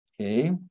Okay